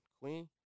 Queen